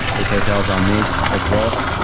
this hotels on me, let's roll.